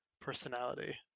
personality